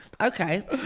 Okay